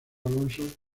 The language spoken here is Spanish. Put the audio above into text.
alonso